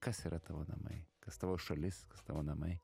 kas yra tavo namai kas tavo šalis kas tavo namai